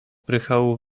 prychał